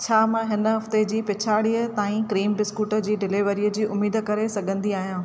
छा मां हिन हफ़्ते जी पछाड़ीअ ताईं क्रीम बिस्कूट जी डिलिवरीअ जी उमीद करे सघंदी आहियां